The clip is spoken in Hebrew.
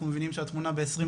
אנחנו מבינים שהתמונה ב-2021,